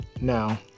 Now